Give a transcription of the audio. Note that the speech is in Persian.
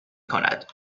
کند